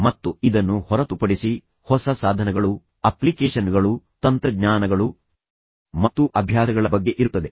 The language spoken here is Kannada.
ಮತ್ತು ಇದನ್ನು ಹೊರತುಪಡಿಸಿ ಹೊಸ ಸಾಧನಗಳು ಹೊಸ ಅಪ್ಲಿಕೇಶನ್ಗಳು ಹೊಸ ತಂತ್ರಜ್ಞಾನಗಳು ಮತ್ತು ಹೊಸ ಅಭ್ಯಾಸಗಳ ಬಗ್ಗೆ ಇರುತ್ತದೆ